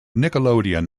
nickelodeon